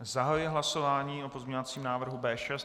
Zahajuji hlasování o pozměňovacím návrhu B6.